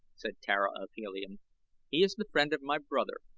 said tara of helium. he is the friend of my brother,